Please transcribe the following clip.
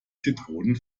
zitronen